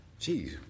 Jeez